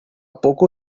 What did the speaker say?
poco